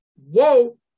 whoa